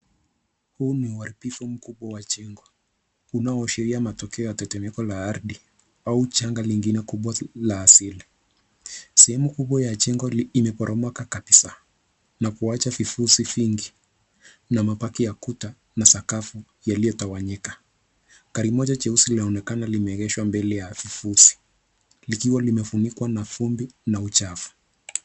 Huu ni uharibifu mkubwa wa jengo. Unaoashiria matokea ya tetemeko la ardhi, au janga lingine kubwa la asili. Sehemu kubwa ya jengo imeporomoka kabisa, na kuwacha vifuzi vingi na mabaki ya kuta na sakafu yaliotawanyika. Gari moja jeusi laonekana limeegeshwa mbele ya vifuzi, likiwa limefunikwa na vumbi na uchafu.